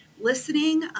listening